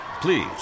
Please